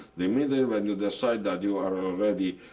the minute when you decide that you are already